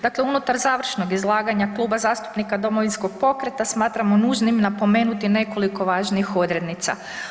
Dakle, unutar završnog izlaganja Kluba zastupnika Domovinskog pokreta smatramo nužnim napomenuti nekoliko važnih odrednica.